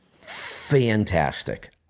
fantastic